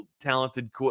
talented